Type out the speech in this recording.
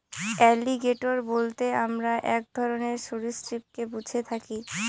alligator বলতে আমরা এক ধরনের সরীসৃপকে বুঝে থাকি